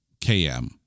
KM